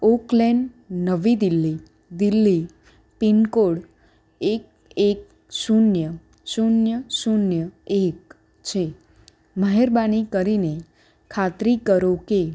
Oak Lane નવી Delhi Delhi pincode એક એક શૂન્ય શૂન્ય શૂન્ય એક છે મહેરબાની કરીને ખાતરી કરો કે